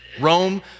Rome